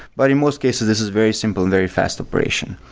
but in most cases, this is very simple and very fast operation.